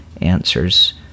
answers